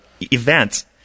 events